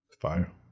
Fire